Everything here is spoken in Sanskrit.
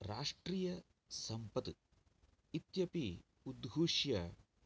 राष्ट्रीयसम्पत् इत्यपि उद्घोष्य